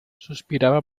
suspiraba